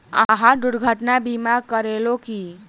अहाँ दुर्घटना बीमा करेलौं की?